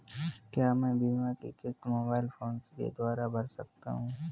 क्या मैं बीमा की किश्त मोबाइल फोन के द्वारा भर सकता हूं?